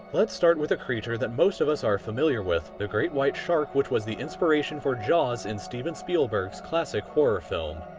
let's start with a creature that most of us are familiar with, the great white shark which was the inspiration for jaws in steven spielberg's classic horror film.